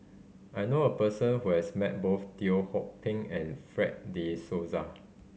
I know a person who has met both Teo Ho Pin and Fred De Souza